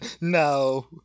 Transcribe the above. no